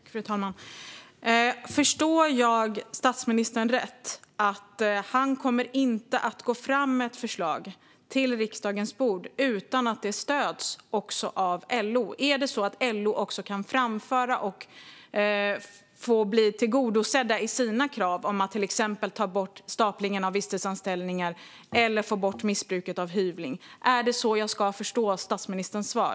Fru talman! Förstår jag statsministern rätt, att han inte kommer att gå fram med ett förslag till riksdagen utan att det stöds också av LO? Är det så att LO kan framföra och få sina krav tillgodosedda, till exempel att ta bort staplingen av visstidsanställningar och få bort missbruket av hyvling? Är det så jag ska förstå statsministerns svar?